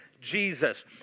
Jesus